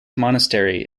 monastery